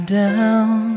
down